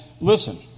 listen